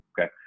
okay